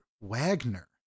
Wagner